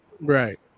Right